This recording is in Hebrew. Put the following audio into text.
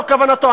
לא כוונתו,